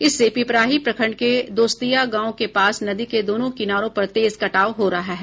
इससे पिपराही प्रखंड के दोस्तीया गांव के पास नदी के दोनों किनारों पर तेज कटाव हो रहा है